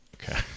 Okay